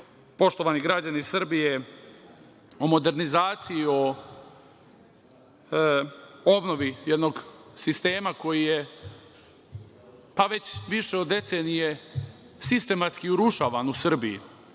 poštovani građani Srbije, radi se o modernizaciji, o obnovi jednog sistema koji je pa već više od decenije sistematski urušavan u Srbiji,